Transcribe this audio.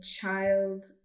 child